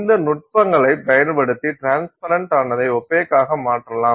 இந்த நுட்பங்களைப் பயன்படுத்தி ட்ரான்ஸ்பரன்டானதை ஒப்பேக்காக மாற்றலாம்